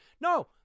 No